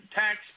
tax